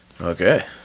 Okay